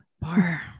Bar